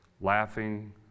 Laughing